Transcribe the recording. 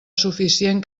suficient